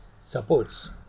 supports